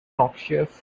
noxious